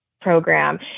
program